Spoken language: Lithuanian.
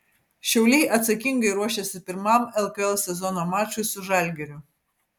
šiauliai atsakingai ruošiasi pirmam lkl sezono mačui su žalgiriu